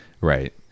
right